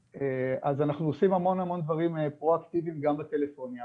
אז אנחנו עושים המון המון דברים פרואקטיביים גם בטלפוניה,